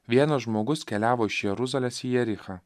vienas žmogus keliavo iš jeruzalės į jerichą